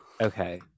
Okay